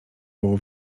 było